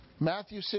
Matthew